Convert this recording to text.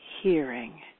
hearing